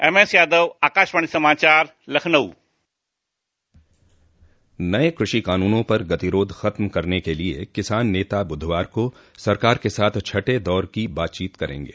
M S Yadav Akashvani समाचार लखनऊ नये कृषि कानूनों पर गतिरोध ख़त्म करने के लिए किसान नेता बुधवार को सरकार के साथ छठे दौर की बातचीत करेंगे